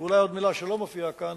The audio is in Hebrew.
אולי עוד מלה שלא מופיעה כאן.